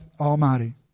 Almighty